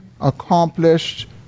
accomplished